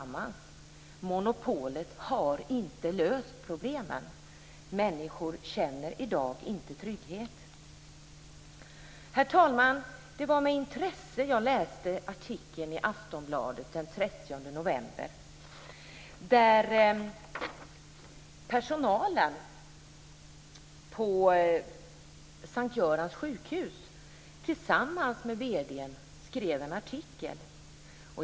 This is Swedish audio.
Monopolet har inte löst problemen. Människor känner i dag inte trygghet. Herr talman! Det var med intresse jag läste artikeln i Aftonbladet den 30 november där personalen på S:t Görans sjukhus tillsammans med vd:n hade skrivit en artikel.